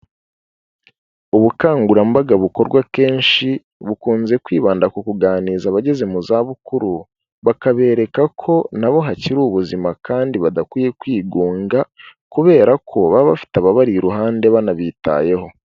Ubukangurambaga bukorwa kenshi bukunze kwibanda ku kuganiza abageze mu zabukuru, bakabereka ko nabo hakiri ubuzima kandi badakwiye kwigunga kubera ko baba bafite ababari iruhande banabitayeho.